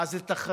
מה זה תחנה,